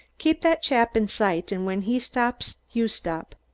keep that chap in sight and when he stops you stop.